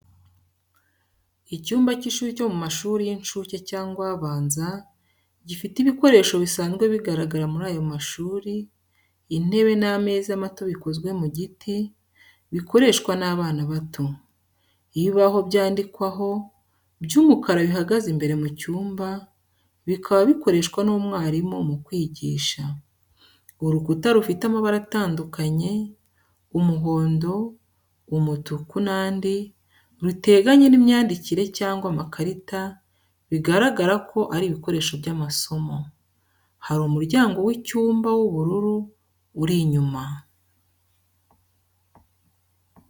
Icyumba cy’ishuri cyo mu mashuri y’inshuke cyangwa abanza, gifite ibikoresho bisanzwe bigaragara muri ayo mashuri, Intebe n’ameza mato bikozwe mu giti, bikoreshwa n’abana bato. Ibibaho byandikwaho, by’umukara bihagaze imbere mu cyumba, bikaba bikoreshwa n’umwarimu mu kwigisha. Urukuta rufite amabara atandukanye, umuhondo, umutuku, n’andi, ruteganye n’imyandikire cyangwa amakarita bigaragara ko ari ibikoresho by’amasomo. Hari umuryango w’icyumba w’ubururu uri inyuma.